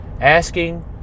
asking